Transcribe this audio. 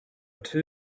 two